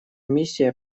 миссия